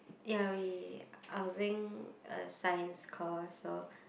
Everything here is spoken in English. ya we I was doing a science course so